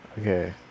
Okay